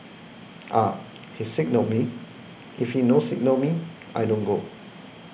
He signal me if he no signal me I don't go